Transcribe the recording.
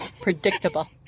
Predictable